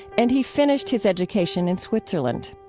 and he finished his education in switzerland.